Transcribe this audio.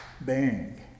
Bang